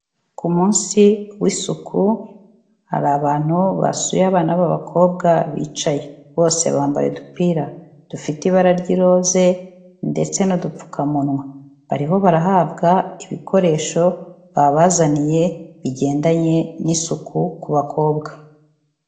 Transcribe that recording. Ku munsi w'isuku hari abantu basuye abana b'abakobwa bicaye, bose bambaye udupira dufite ibara ry'iroze ndetse n'udupfukamunwa, bariho barahabwa ibikoresho babazaniye, bigendanye n'isuku ku bakobwa.